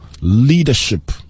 leadership